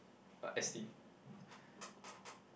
uh esteem